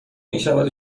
میشود